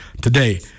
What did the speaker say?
today